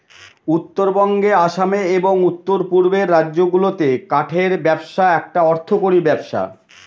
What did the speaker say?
উত্তরবঙ্গে আসামে এবং উত্তর পূর্বের রাজ্যগুলাতে কাঠের ব্যবসা একটা অর্থকরী ব্যবসা